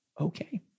okay